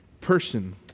person